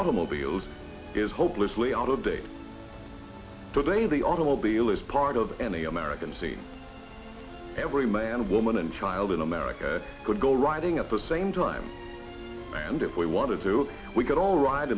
automobiles is hopelessly out of date so they the automobile is part of any american scene every man woman and child in america could go riding at the same time and if we wanted to we could all ride